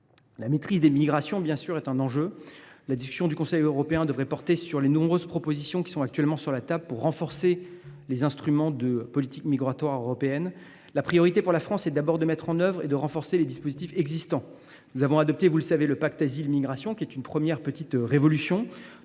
La maîtrise des migrations est un enjeu pour le continent. La discussion du Conseil européen devrait porter sur les nombreuses propositions qui sont actuellement sur la table pour renforcer les instruments de la politique migratoire européenne. La priorité pour la France est d’abord de mettre en œuvre et de renforcer les dispositifs existants. Le pacte sur la migration et l’asile est une première petite révolution.